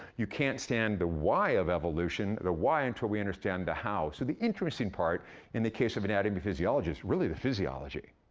you can't stand the why of evolution, the why, until we understand the how. so the interesting part in the case of anatomy-physiology is really the physiology.